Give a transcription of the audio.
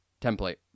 template